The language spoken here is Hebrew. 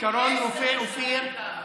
שרון אופיר,